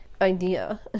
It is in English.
idea